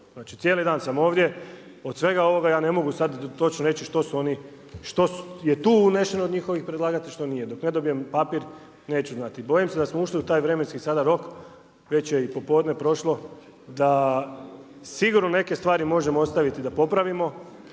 Znači cijeli dan sam ovdje od svega ovoga ja ne mogu sada točno reći što su oni, što je tu unešeno od njihovih predlagatelja, dok ne dobijem papir neću znati. Bojim se da smo ušli u taj vremenski sada rok već je i popodne prošle da sigurno neke stvari možemo ostaviti da popravimo